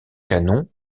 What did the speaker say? canons